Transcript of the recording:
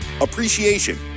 Appreciation